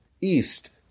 east